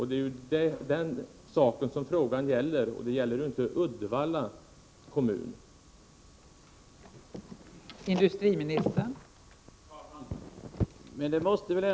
Det är ju den saken som frågan gäller och inte Uddevalla kommun.